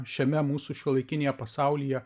šiame mūsų šiuolaikinėje pasaulyje